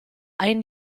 ein